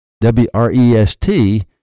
W-R-E-S-T